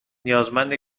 نیازمند